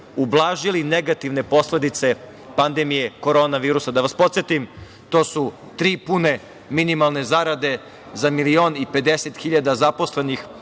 ublažili negativne posledice pandemije korona virusa. Da vas podsetim, to su tri pune minimalne zarade za milion i 50 hiljada zaposlenih